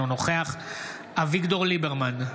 אינו נוכח אביגדור ליברמן,